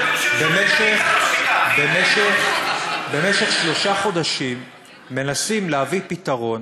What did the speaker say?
אבל במשך שלושה חודשים מנסים להביא פתרון.